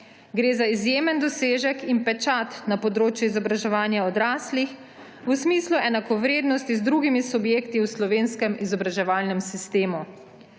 Gre za izjemen dosežek in pečat na področju izobraževanja odraslih v smislu enakovrednosti z drugimi subjekti v slovenskem izobraževalnem sistemu.